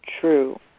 true